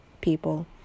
people